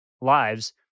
lives